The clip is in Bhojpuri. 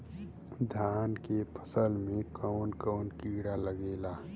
धान के फसल मे कवन कवन कीड़ा लागेला?